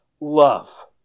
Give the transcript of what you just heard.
love